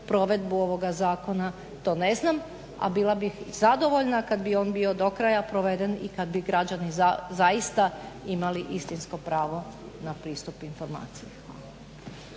provedbu ovoga zakona, to ne znam, a bila bih zadovoljna kad bi on bio do kraja proveden i kad bi građani zaista imali istinsko pravo na pristup informaciji.